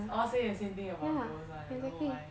say same thing about girls [one] I don't know why